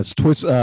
twist